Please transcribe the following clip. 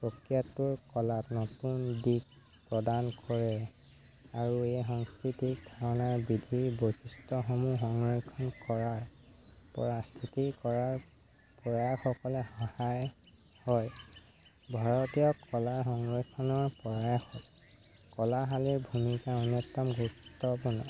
প্ৰক্ৰিয়াটোৰ কলাত নতুন দিশ প্ৰদান কৰে আৰু এই সংস্কৃতিক ধাৰণাৰ বিধিৰ বৈশিষ্ট্যসমূহ সংৰক্ষণ কৰাৰ পৰা স্থিতি কৰাৰ প্ৰয়াসসকলে সহায় হয় ভাৰতীয় কলা সংৰক্ষণৰ প্ৰয়াস কলাশালীৰ ভূমিকা অন্যতম গুৰুত্বপূৰ্ণ